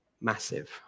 massive